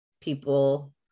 people